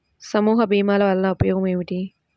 సమూహ భీమాల వలన ఉపయోగం ఏమిటీ?